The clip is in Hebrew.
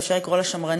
אפשר לקרוא לה שמרנית,